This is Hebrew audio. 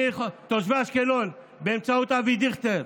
תושבי אשקלון, באמצעות אבי דיכטר.